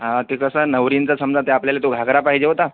हा ते तसं नवरींचं समजा ते आपल्याला तो घागरा पाहिजे होता